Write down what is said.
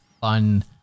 fun